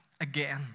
again